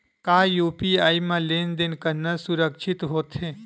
का यू.पी.आई म लेन देन करना सुरक्षित होथे?